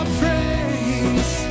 praise